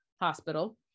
hospital